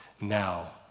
now